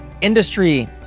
industry